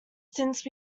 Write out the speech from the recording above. since